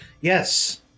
yes